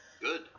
Good